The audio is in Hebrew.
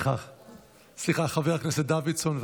חבר הכנסת דוידסון.